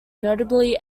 notably